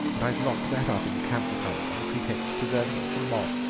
and i've locked that up in the camphor cupboard on the pretext of preserving it from moth.